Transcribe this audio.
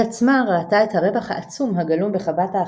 היא עצמה ראתה את הרווח העצום הגלום בחוות ההכשרה,